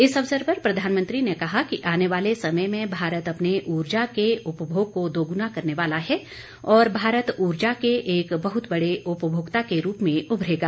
इस अवसर पर प्रधानमंत्री ने कहा कि आने वाले समय में भारत अपने ऊर्जा के उपभोग को दोगुना करने वाला है और भारत ऊर्जा के एक बहुत बड़े उपभोक्ता के रूप में उभरेगा